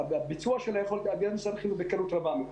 הביצוע שלה יכול להיות על ידי משרד החינוך בקלות רבה מאוד.